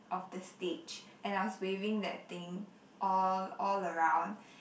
of the stage and I was waving that thing all all around